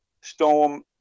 Storm